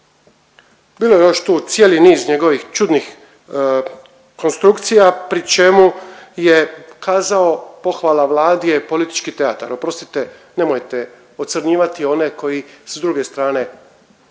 Bilo je još tu cijeli niz njegovih čudnih konstrukcija, pri čemu je kazao, pohvala Vladi je politički teatar. Oprostite, nemojte ocrnjivati one koji s druge strane